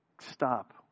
stop